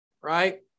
right